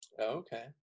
Okay